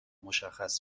مشخص